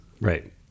Right